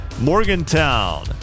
Morgantown